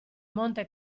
monte